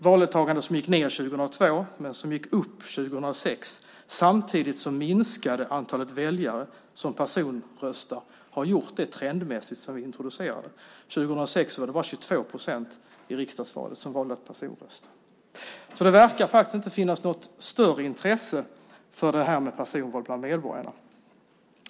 Valdeltagandet gick ned 2002 men gick upp 2006, och samtidigt minskade antalet väljare som personröstade. Det har det gjort trendmässigt sedan vi introducerade det. År 2006 var det bara 23 procent som valde att personrösta i riksdagsvalet. Det verkar faktiskt inte finnas något större intresse för personval bland medborgarna.